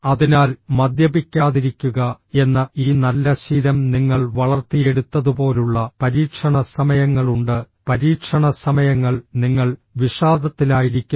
അതിനാൽ മദ്യപിക്കാതിരിക്കുക എന്ന ഈ നല്ല ശീലം നിങ്ങൾ വളർത്തിയെടുത്തതുപോലുള്ള പരീക്ഷണ സമയങ്ങളുണ്ട് പരീക്ഷണ സമയങ്ങൾ നിങ്ങൾ വിഷാദത്തിലായിരിക്കുന്നു